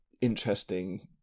interesting